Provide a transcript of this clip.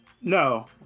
No